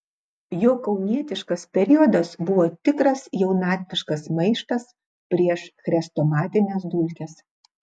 jo kaunietiškas periodas buvo tikras jaunatviškas maištas prieš chrestomatines dulkes